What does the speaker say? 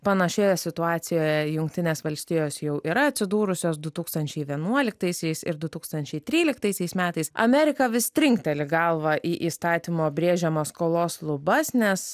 panašioje situacijoje jungtinės valstijos jau yra atsidūrusios du tūkstančiai vienuoliktaisiais ir du tūkstančiai tryliktaisiais metais amerika vis trinkteli galvą į įstatymo brėžiamas skolos lubas nes